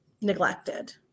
neglected